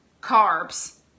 carbs